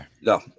No